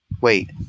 Wait